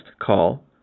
call